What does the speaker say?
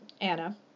Anna